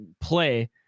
play